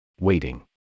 Waiting